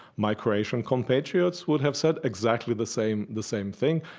my croatian compatriates would have said exactly the same the same thing.